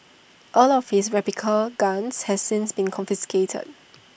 all of his replica guns has since been confiscated